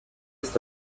ist